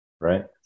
right